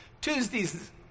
Tuesday's